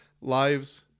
lives